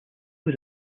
was